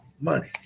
money